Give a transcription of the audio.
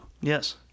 Yes